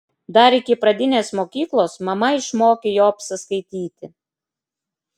dar iki pradinės mokyklos mama išmokė jobsą skaityti